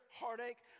heartache